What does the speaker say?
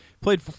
Played